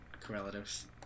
correlatives